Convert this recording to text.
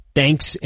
thanks